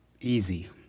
easy